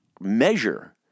measure